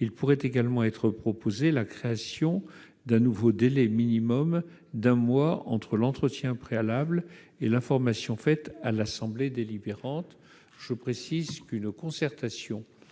Il pourrait également être proposé la création d'un nouveau délai minimal d'un mois entre l'entretien préalable et l'information faite à l'assemblée délibérante. Je le précise, cet